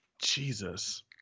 Jesus